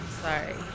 sorry